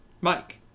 Mike